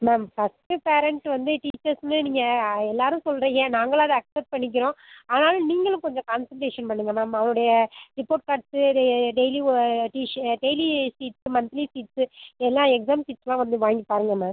ma'am first parent வந்து டீச்சர்ஸுன்னு நீங்கள் அ எல்லோரும் சொல்கிறீங்க நாங்களும் அதை அக்சப்ட் பண்ணிக்கிறோம் ஆனாலும் நீங்களும் கொஞ்சம் கான்சன்ட்ரேசன் பண்ணுங்கள் மேம் அவனுடைய report cards day daily sheets monthly sheets எல்லா எக்ஸாம் ஷீட்ஸுலாம் வந்து வாங்கி பாருங்கள் மேம்